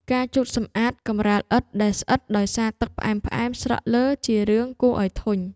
ការជូតសម្អាតកម្រាលឥដ្ឋដែលស្អិតដោយសារទឹកផ្អែមៗស្រក់លើ ជារឿងគួរឱ្យធុញ។